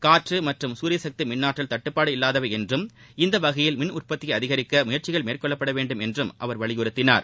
காற்று மற்றும் சூரியசக்தி மின்னாற்றல் தட்டுப்பாடு இல்லாதவை என்றும் இந்த வகையில் மின் உற்பத்தியை அதிகரிக்க முயற்சிகள் மேற்கொள்ளப்பட வேண்டும் என்றும் அவர் வலியுறுத்தினார்